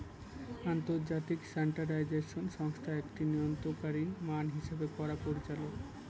আন্তর্জাতিক স্ট্যান্ডার্ডাইজেশন সংস্থা একটি নিয়ন্ত্রণকারী মান হিসাব করার পরিচালক